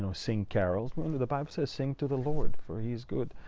so sing carols. when and the bible says, sing to the lord, for he is good,